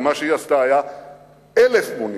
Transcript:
ומה שהיא עשתה היה אלף מונים,